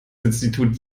institut